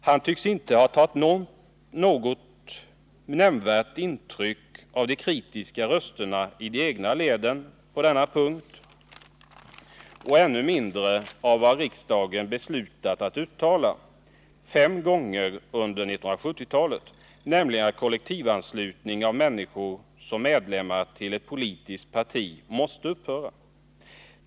Han tycks inte ha tagit något nämnvärt intryck av de kritiska rösterna i de egna leden på denna punkt och ännu mindre av vad riksdagen beslutat att uttala fem gånger under 1970-talet, nämligen att kollektivanslutning av människor som medlemmar till ett politiskt parti måste upphöra.